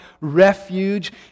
refuge